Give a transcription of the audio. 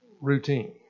routine